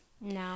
No